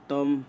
Tom